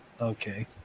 okay